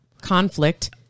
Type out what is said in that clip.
conflict